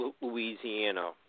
Louisiana